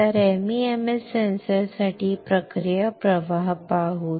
तर MEMS सेन्सरसाठी प्रक्रिया प्रवाह पाहू